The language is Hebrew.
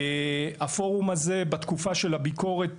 הפורום הזה בתקופה של הביקורת,